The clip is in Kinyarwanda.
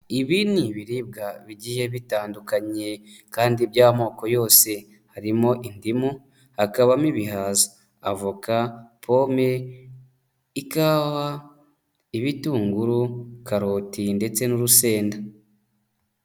Ibi ni ibiribwa bigiye bitandukanye kandi by'amoko yose. Harimo indimu, hakabamo ibihaza, avoka, pome, ikawa, ibitunguru, karoti, ndetse n'urusenda.